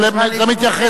גילם,